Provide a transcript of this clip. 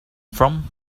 from